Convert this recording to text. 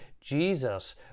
Jesus